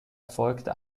erfolgte